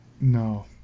No